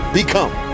become